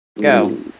Go